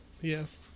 Yes